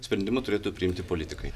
sprendimą turėtų priimti politikai